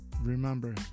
remember